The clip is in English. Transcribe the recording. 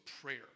prayer